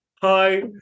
hi